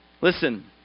Listen